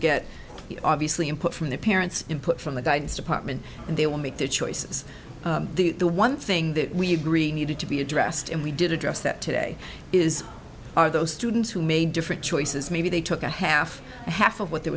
get obviously input from their parents input from the guidance department and they will make their choices the one thing that we agree needed to be addressed and we did address that today is are those students who made different choices maybe they took a half half of what they